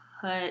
put